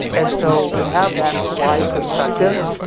and so we have that why perspective.